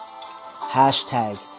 Hashtag